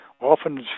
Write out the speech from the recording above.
often